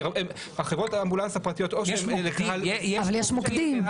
כי חברות האמבולנס הפרטיות או שהן --- אבל יש מוקדים.